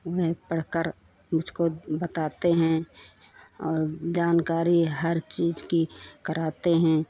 उन्हें पढ़कर मुझको बताते हैं और जानकारी हर चीज़ की कराते हैं